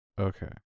Okay